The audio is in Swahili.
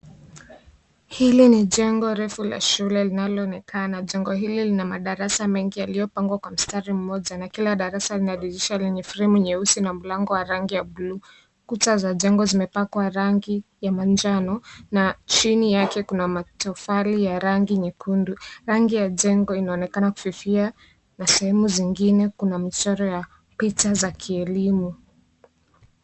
Hili ni jengo refu la shule linaloonekana, jengo hili lina madarasa mengi yaliyopangwa kwa mstari moja na kila darasa lina dirisha lenye fremu nyeusi na mlango wa rangi ya buluu, kuta za jengo zimepakwa rangi ya manjano na chini yake kuna matofali ya rangi nyekundu, rangi ya jengo inaonekana kufifia na sehemu zingine kuna mchoro ya picha za kielimu.